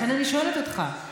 לכן אני שואלת אותך.